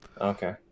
Okay